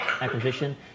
acquisition